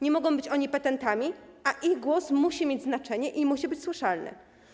Nie mogą oni być petentami, a ich głos musi mieć znaczenie i musi być słyszalny.